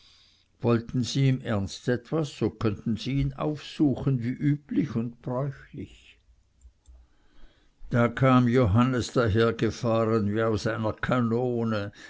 wollten sie im ernst etwas so könnten sie ihn aufsuchen wie üblich und bräuchlich da kam johannes dahergefahren wie aus einer kanone